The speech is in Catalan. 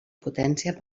potència